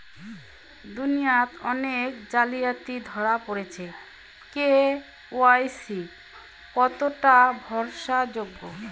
দুনিয়ায় অনেক জালিয়াতি ধরা পরেছে কে.ওয়াই.সি কতোটা ভরসা যোগ্য?